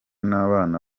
n’abana